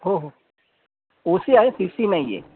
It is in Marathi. हो हो ओ सी आहे सी सी नाही आहे